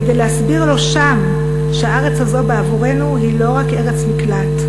כדי להסביר לו שם שהארץ הזאת בעבורנו היא לא רק ארץ מקלט,